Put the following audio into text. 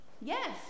Yes